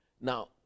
Now